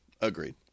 Agreed